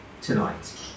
tonight